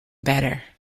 better